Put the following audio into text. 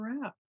wrap